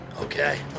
Okay